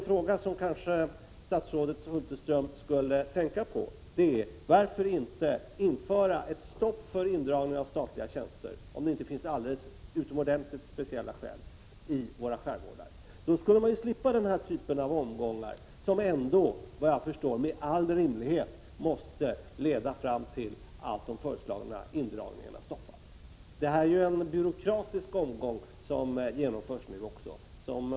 En fråga som statsrådet Hulterström borde tänka på är: Varför inte införa ett stopp för indragning av statliga tjänster i våra skärgårdar om det inte finns utomordentligt speciella skäl för en indragning? Då skulle vi slippa den här typen av omgångar, som ändå med all rimlighet måste leda fram till att de föreslagna indragningarna stoppas. Det är ju en byråkratisk omgång som nu genomförs.